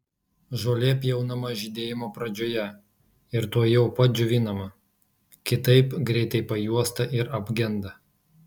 žolė pjaunama žydėjimo pradžioje ir tuojau pat džiovinama kitaip greitai pajuosta ir apgenda